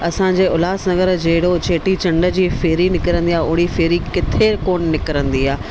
असांजे उल्हासनगर जहिड़ो चेटी चंड जी फेरी निकिरंदी आहे ओड़ी फेरी किथे कोन निकिरंदी आहे